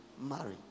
marry